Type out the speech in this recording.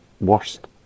worst